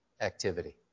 activity